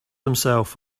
himself